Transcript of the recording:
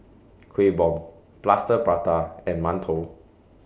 Kueh Bom Plaster Prata and mantou